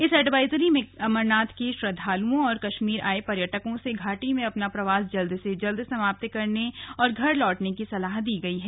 इस एडवाइजरी में अमरनाथ के श्रद्दालुओं और कश्मीर आये पर्यटकों से घाटी में अपना प्रवास जल्द से जल्द खत्म कर घर लौटने की सलाह दी गई है